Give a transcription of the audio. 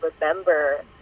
remember